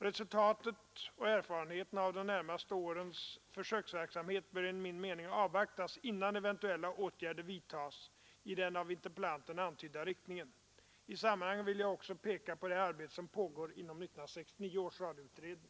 Resultatet och erfarenheterna av de närmaste årens försöksverksamhet bör enligt min mening avvaktas innan eventuella åtgärder vidtas i den av interpellanten antydda riktningen. I sammanhanget vill jag också peka på det arbete som pågår inom 1969 års radioutredning.